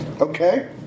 Okay